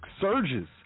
surges